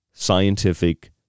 scientific